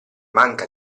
manca